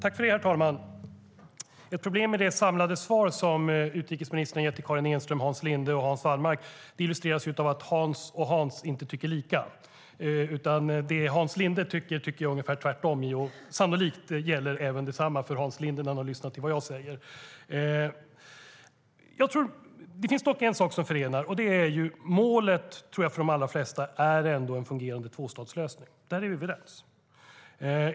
Herr talman! Ett problem med det samlade svar som utrikesministern ger till Karin Enström, Hans Linde och Hans Wallmark illustreras av att Hans och Hans inte tycker lika. Jag tycker ungefär tvärtom när det gäller det som Hans Linde säger, och sannolikt gäller detsamma för Hans Linde när han har lyssnat till vad jag säger. Jag tror dock att det finns en sak som förenar, och det är att målet för de allra flesta ändå är en fungerande tvåstatslösning. Där är vi överens.